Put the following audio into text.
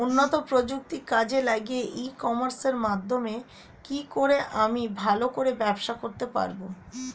উন্নত প্রযুক্তি কাজে লাগিয়ে ই কমার্সের মাধ্যমে কি করে আমি ভালো করে ব্যবসা করতে পারব?